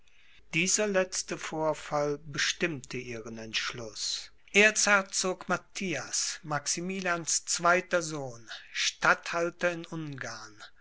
dieser letzte vorfall bestimmte ihren entschluß erzherzog matthias maximilians zweiter sohn statthalter in ungarn und